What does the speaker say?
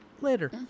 later